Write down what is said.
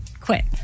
quit